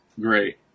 great